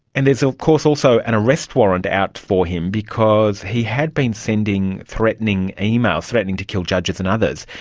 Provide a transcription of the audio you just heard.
and there is of course also an arrest warrant out for him because he had been sending threatening emails threatening to kill judges and others.